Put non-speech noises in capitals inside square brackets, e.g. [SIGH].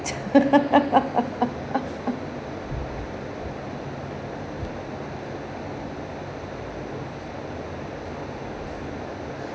[LAUGHS]